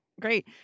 great